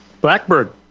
Blackbird